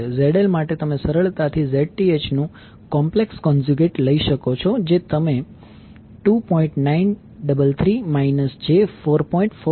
ZL માટે તમે સરળતાથી Zth નું કોમ્પ્લેક્સ કોનઝયુગેટ લઈ શકો છો જે 2